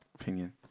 opinion